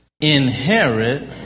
inherit